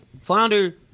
Flounder